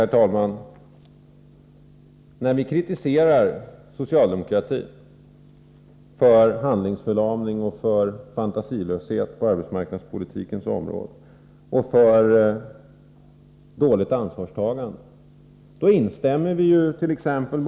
Slutligen: När vi kritiserar socialdemokratin för handlingsförlamning, för fantasilöshet på arbetsmarknadspolitikens område och för dåligt ansvarstagande, då instämmer vi ju barait.ex.